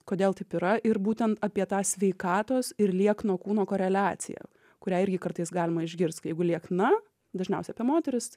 kodėl taip yra ir būtent apie tą sveikatos ir liekno kūno koreliaciją kurią irgi kartais galima išgirsti kai jeigu liekna dažniausia apie moteris